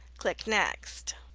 click next.